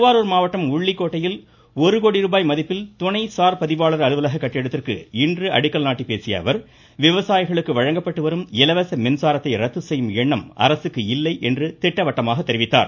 திருவாரூர் மாவட்டம் உள்ளிக்கோட்டையில் ஒரு கோடிருபாய் மதிப்பில் துணை சார்பதிவாளர் அலுவலக கட்டிடத்திற்கு இன்று அடிக்கல் நாட்டிப் பேசிய அவர் விவசாயிகளுக்கு வழங்கப்பட்டு வரும் இலவச மின்சாரத்தை ரத்து செய்யும் எண்ணம் அரசுக்கு இல்லை என்று திட்டவட்டமாக தெரிவித்தார்